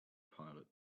pilot